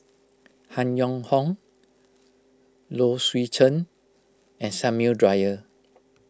Han Yong Hong Low Swee Chen and Samuel Dyer